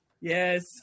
Yes